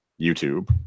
YouTube